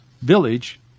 village